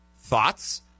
Thoughts